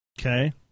Okay